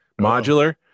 modular